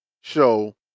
show